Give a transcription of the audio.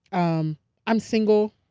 um i'm single,